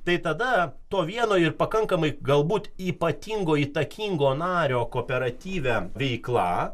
tai tada to vieno ir pakankamai galbūt ypatingo įtakingo nario kooperatyve veikla